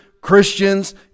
Christians